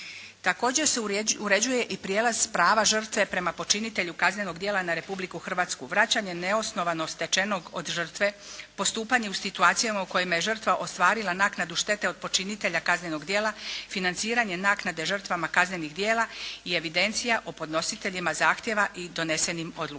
Također se uređuje i prijelaz prava žrtve prema počinitelju kaznenog djela na Republiku Hrvatske, vraćanje neosnovano stečenog od žrtve, postupanje u situacijama u kojima je žrtva ostvarila naknadu štete od počinitelja kaznenog djela, financiranje naknade žrtvama kaznenih djela i evidencija o podnositeljima zahtjeva i donesenim odlukama.